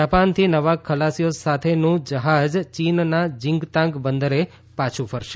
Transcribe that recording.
જાપાનથી નવા ખલાસીઓ સાથેનું જહાજ ચીનના જિંગતાંગ બદરે પાછું ફરશે